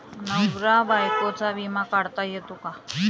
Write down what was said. नवरा बायकोचा विमा काढता येतो का?